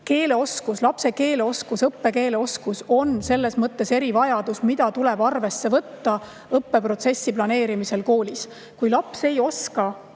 haridus. Lapse õppekeeleoskus on selles mõttes erivajadus, mida tuleb arvesse võtta õppeprotsessi planeerimisel koolis. Kui laps ei oska